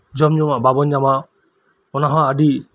ᱡᱚᱢ ᱧᱩᱣᱟᱜ ᱵᱟᱵᱚᱱ ᱧᱟᱢᱟ ᱚᱱᱟ ᱦᱚᱸ ᱟᱰᱤ